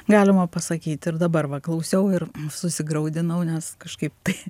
galima pasakyt ir dabar va klausiau ir susigraudinau nes kažkaip tai